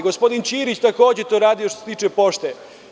Gospodin Ćirić je takođe to radio što se tiče „Pošte“